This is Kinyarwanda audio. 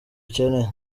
ukeneye